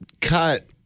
cut